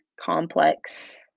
complex